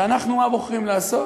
ואנחנו, מה בוחרים לעשות?